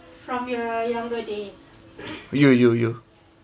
you you you